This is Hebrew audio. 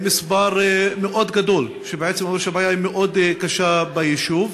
מספר מאוד גדול, שאומרת שהבעיה מאוד קשה ביישוב.